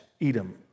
Edom